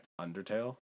Undertale